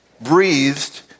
Breathed